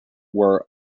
were